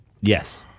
Yes